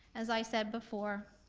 as i said before,